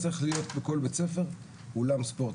צריך להיות בכל בית ספר אולם ספורט.